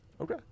okay